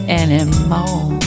anymore